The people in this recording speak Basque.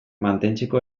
mantentzeko